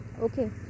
Okay